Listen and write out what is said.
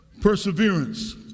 Perseverance